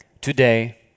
today